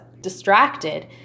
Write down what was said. distracted